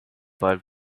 but